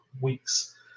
weeks